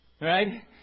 right